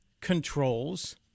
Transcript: controls